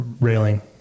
railing